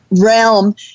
realm